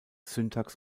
syntax